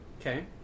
okay